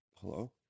hello